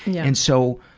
yeah and so,